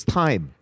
time